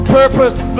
purpose